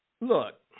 Look